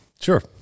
Sure